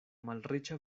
malriĉa